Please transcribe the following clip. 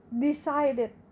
decided